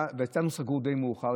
ואיתנו סגרו די מאוחר,